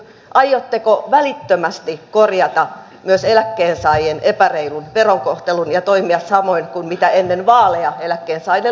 aiotteko välittömästi korjata myös eläkkeensaajien epäreilun verokohtelun ja toimia samoin kuin ennen vaaleja eläkkeensaajille lupasitte